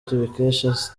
tubikesha